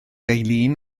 eileen